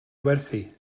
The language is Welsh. werthu